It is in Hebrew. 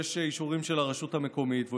שדורש אישורים של הרשות המקומית והוא